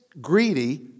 greedy